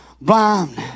blind